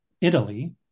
Italy